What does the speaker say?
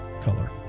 color